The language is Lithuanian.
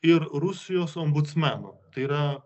ir rusijos ombudsmenų tai yra